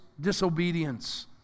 disobedience